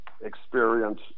experience